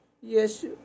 yes